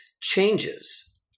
changes